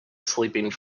sleeping